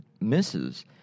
misses